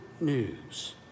news